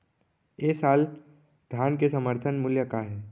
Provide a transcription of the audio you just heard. ए साल धान के समर्थन मूल्य का हे?